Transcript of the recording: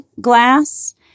glass